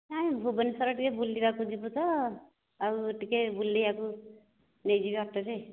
ନାଇଁ ଭୁବନେଶ୍ୱର ଟିକିଏ ବୁଲିବାକୁ ଯିବୁ ତ ଆଉ ଟିକିଏ ବୁଲିବାକୁ ନେଇଯିବେ ଅଟୋରେ